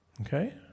Okay